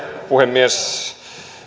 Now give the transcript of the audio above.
puhemies